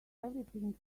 everything